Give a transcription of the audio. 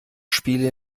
spiele